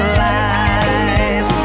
lies